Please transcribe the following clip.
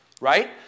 right